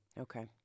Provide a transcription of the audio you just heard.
Okay